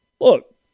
Look